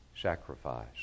sacrifice